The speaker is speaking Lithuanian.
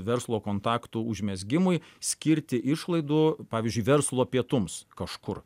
verslo kontaktų užmezgimui skirti išlaidų pavyzdžiui verslo pietums kažkur